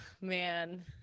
man